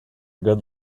good